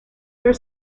there